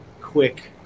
quick